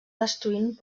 destruint